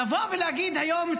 לבוא ולהגיד היום,